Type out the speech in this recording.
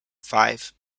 five